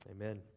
Amen